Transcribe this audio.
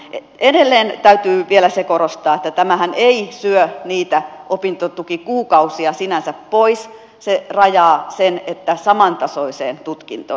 edelleen täytyy vielä korostaa sitä että tämähän ei syö niitä opintotukikuukausia sinänsä pois vaan se rajaa ne samantasoiseen tutkintoon